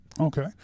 Okay